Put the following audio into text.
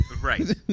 Right